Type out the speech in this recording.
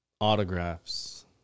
autographs